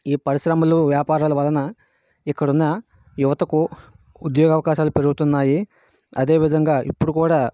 ఈ పరిశ్రమలు వ్యాపారాల వలన ఇక్కడున్న యువతకు ఉద్యోగ అవకాశాలు పెరుగుతున్నాయి అదే విధంగా ఇప్పుడు కూడా